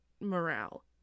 morale